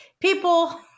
People